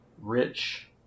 rich